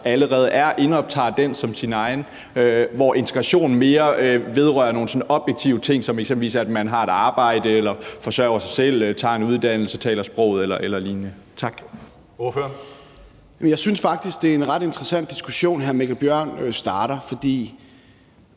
allerede er, og indoptager den som sin egen, hvor integration mere vedrører nogle sådan objektive ting som eksempelvis, at man har et arbejde, forsørger sig selv, tager en uddannelse, taler sproget eller lignende? Tak. Kl. 11:34 Tredje næstformand (Karsten Hønge): Ordføreren.